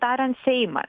tariant seimą